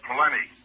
Plenty